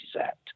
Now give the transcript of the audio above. act